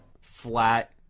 flat